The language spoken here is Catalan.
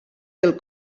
del